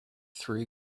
three